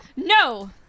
No